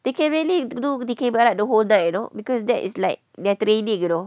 they can really do dikir barat the whole night you know because that is like their training you know